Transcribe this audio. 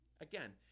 again